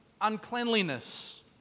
uncleanliness